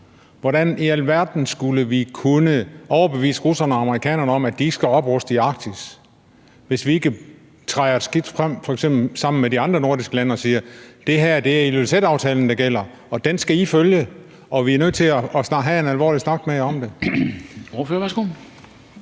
Hvordan i alverden skulle vi kunne overbevise russerne og amerikanerne om, at de ikke skal opruste i Arktis, hvis ikke vi træder et skridt frem, f.eks. sammen med de andre nordiske lande og siger, at det her er Ilulissataftalen, der gælder, og den skal I følge, og vi er nødt til snart at have en alvorlig snak med jer om det.